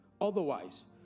otherwise